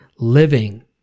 living